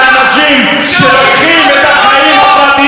אני תובע את עלבונם של האנשים שלוקחים את החיים הפרטיים